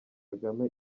kagame